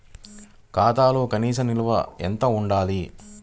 ఖాతాలో కనీస నిల్వ ఎంత ఉండాలి?